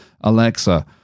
Alexa